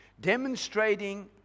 demonstrating